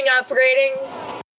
upgrading